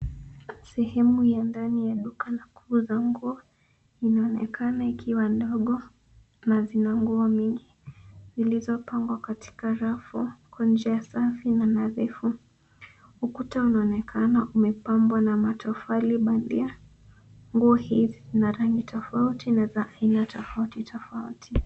Sehemu ya ndani ya duka la kuuza nguo inaonekana ikiwa ndogo na zina nguo mingi zilizopangwa katika rafu kwa njia safi na nadhifu. Ukuta unaonekana umepambwa na matofali bandia. Nguo hizi zina rangi tofauti na za aina tofauti tofauti.